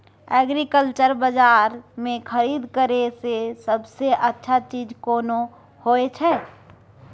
Agriculture बाजार में खरीद करे से सबसे अच्छा चीज कोन होय छै?